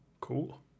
cool